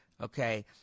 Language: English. okay